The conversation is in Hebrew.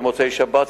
במוצאי-שבת,